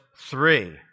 three